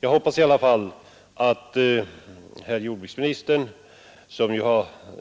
Jag hoppas i alla fall att herr jordbruksministern, som